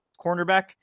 cornerback